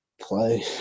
play